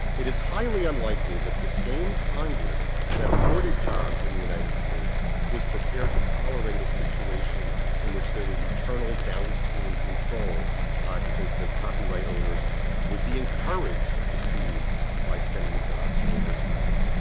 it is highly unlikely that the same congress that hoarded jobs in the united states was prepared to tolerate a situation in which there was eternal downstream control. ah but that the copyright owners would be encouraged to seize by sending jobs overseas.